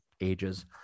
ages